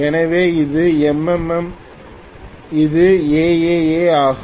எனவே இது M MM இது A AA ஆகும்